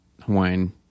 Hawaiian